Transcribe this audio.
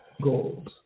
Goals